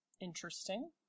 Interesting